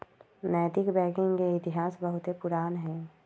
नैतिक बैंकिंग के इतिहास बहुते पुरान हइ